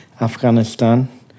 Afghanistan